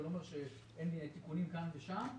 זה לא אומר שאין תיקונים כאן ושם,